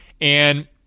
And-